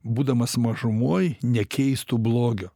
būdamas mažumoj nekeistų blogio